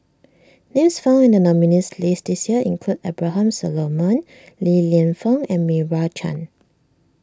names found in the nominees' list this year include Abraham Solomon Li Lienfung and Meira Chand